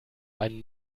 ein